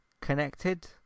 connected